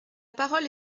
parole